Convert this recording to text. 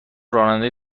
راننده